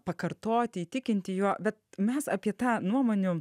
pakartoti įtikinti juo bet mes apie tą nuomonių